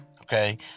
okay